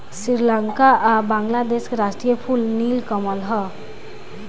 श्रीलंका आ बांग्लादेश के राष्ट्रीय फूल नील कमल ह